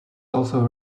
also